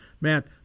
Matt